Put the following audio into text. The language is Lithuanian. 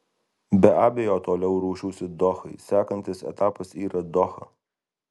be abejo toliau ruošiuosi dohai sekantis etapas yra doha